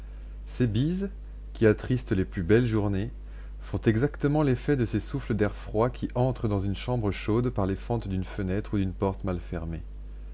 ces bises qui attristent les plus belles journées font exactement l'effet de ces souffles d'air froid qui entrent dans une chambre chaude par les fentes d'une fenêtre ou d'une porte mal fermée